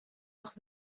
auch